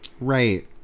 right